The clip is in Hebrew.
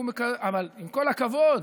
אבל עם כל הכבוד,